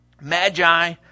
Magi